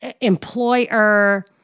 employer